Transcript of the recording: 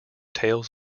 tales